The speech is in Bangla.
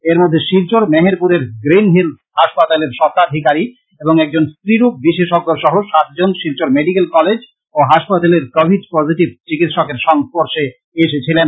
এরমধ্যে শিলচর মেহেরপুরের গ্রীন হিলস পাসপাতালের স্বত্তাধিকারী এবং একজন স্ত্রী রোগ বিশেষজ্ঞ সহ সাত জন শিলচর মেডিকেল কলেজ ও হাসপাতালের কোবিড পজিটিভ চিকিৎসকের সংর্স্পশে এসেছিলেন